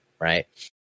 right